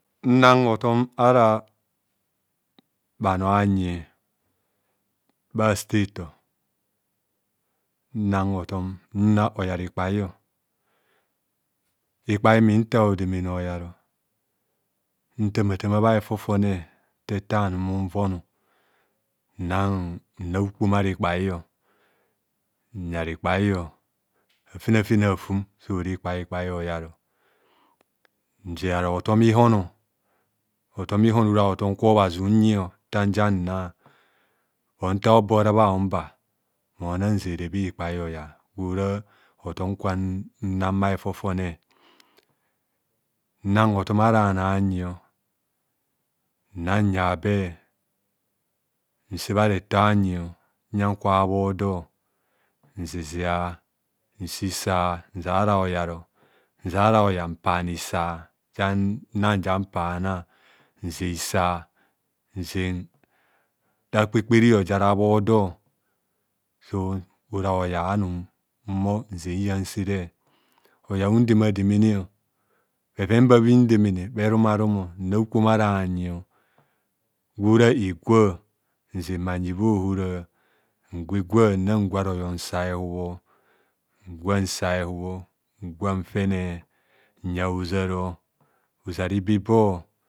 Nnang hotom ara bhanor anyi bha stator nnang hotom nna oyar ikpaio ikpai min ta hodemene oyar ntamata ma bha hefofone nfa ete anum un nono nnan naukpom ara ikpaio oyar nze ara hotom ihono hotom ihon ara hotom kwa obhazi unyio nta njana bur nta hobo ara bha hun ba mona nzere bhi kpai oyar gwora hotom kwanna bha hefofone nnang hotom ara bhanor anyio nnanyar be nse bha refor anyi uyang kwa bha bho do nzizia nse isa ja nna hanjan pana nze isa zen rekpekperio jen rabhodo sora hoyar anum nh or nze hiyanasire oya hundemademene bheven ba bhindemene bhe rumarumo nna ukpom ara bhanyi gwora egwa nzen bhanyi bhaohora ngwaegwa nna ngwo royor nsa he hubho ngwa nba hehubho ngwa nfene nyar hozaro hoza ibibo